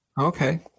Okay